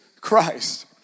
Christ